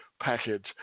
package